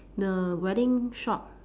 the wedding shop